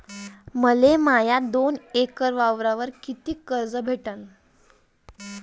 मले माया दोन एकर वावरावर कितीक कर्ज भेटन?